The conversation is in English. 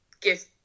give